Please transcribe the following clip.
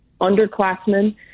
underclassmen